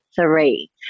three